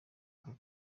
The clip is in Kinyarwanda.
bwo